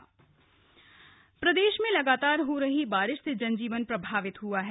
मौसम अपडेट प्रदेश में लगातार हो रही बारिश से जनजीवन प्रभावित हआ है